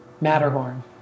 matterhorn